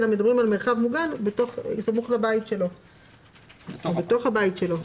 אלא על מרחב מוגן סמוך לביתו או בתוך ביתו.